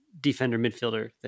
defender-midfielder